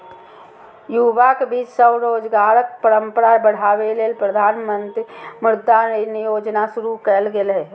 युवाक बीच स्वरोजगारक परंपरा बढ़ाबै लेल प्रधानमंत्री मुद्रा ऋण योजना शुरू कैल गेल रहै